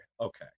okay